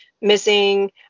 missing